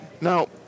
Now